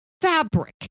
fabric